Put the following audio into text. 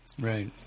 Right